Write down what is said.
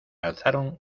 alzaron